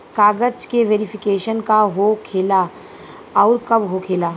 कागज के वेरिफिकेशन का हो खेला आउर कब होखेला?